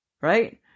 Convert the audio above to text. right